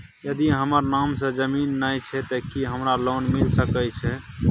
यदि हमर नाम से ज़मीन नय छै ते की हमरा लोन मिल सके छै?